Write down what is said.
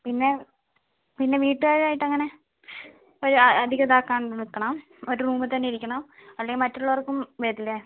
പിന്നെ പിന്നെ വീട്ടുകാരുമായിട്ട് അങ്ങനെ ഒരു അധികം ഇതാക്കാണ്ട് നിൽക്കണം ഒരു റൂമ് തന്നെ ഇരിക്കണം അല്ലേ മറ്റുള്ളവർക്കും വരില്ലേ